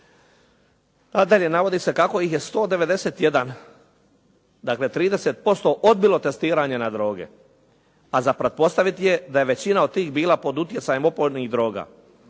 A dalje navodi se kako ih je 191 dakle, 30% odbilo testiranje na droge, a za pretpostaviti je da je većina od tih bila pod utjecajem opojnih droga.